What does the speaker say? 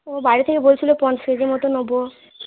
ও বাড়ি থেকে বলছিল পঞ্চাশ মতো নেব